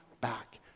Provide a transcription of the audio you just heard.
back